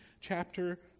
chapter